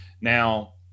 Now